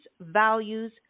values